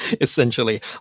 essentially